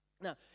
Now